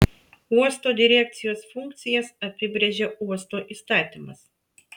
uosto direkcijos funkcijas apibrėžia uosto įstatymas